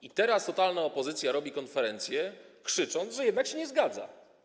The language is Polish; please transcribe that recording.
I teraz totalna opozycja robi konferencję, krzycząc, że jednak się nie zgadza.